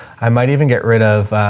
i might even get rid of